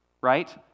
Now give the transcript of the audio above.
right